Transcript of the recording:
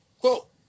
Quote